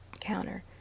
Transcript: counter